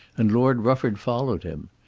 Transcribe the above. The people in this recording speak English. and lord rufford followed him.